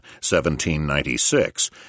1796